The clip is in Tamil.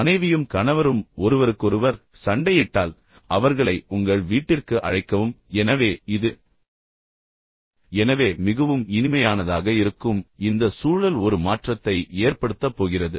மனைவியும் கணவரும் ஒருவருக்கொருவர் சண்டையிட்டால் அவர்களை உங்கள் வீட்டிற்கு அழைக்கவும் எனவே இது எனவே மிகவும் இனிமையானதாக இருக்கும் இந்த சூழல் ஒரு மாற்றத்தை ஏற்படுத்தப் போகிறது